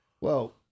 Well-